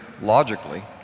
logically